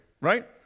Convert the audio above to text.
right